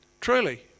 Truly